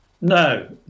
No